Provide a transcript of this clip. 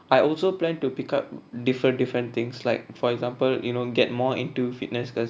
I also plan to pick up different different things like for example you know get more into fitness cause